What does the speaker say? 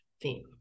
theme